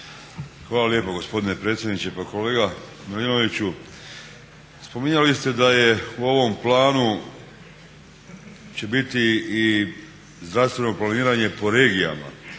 Hvala lijepo gospodine predsjedniče. Pa kolega Milinoviću, spominjali ste da u ovom planu će biti i zdravstveno planiranje po regijama